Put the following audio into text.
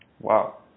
Wow